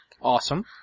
Awesome